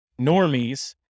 normies